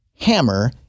hammer